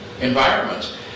environments